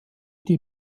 die